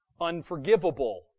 unforgivable